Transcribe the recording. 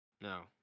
No